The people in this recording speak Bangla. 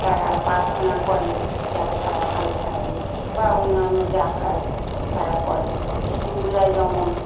তারা প্রার্থনা করে যাতে তারা ভালো থাকবে বা অন্যান্য যা কাজ তারা করে হিন্দুরা যেমন